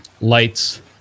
lights